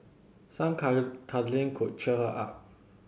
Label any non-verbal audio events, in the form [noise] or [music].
some [unintelligible] cuddling could cheer her up